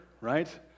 right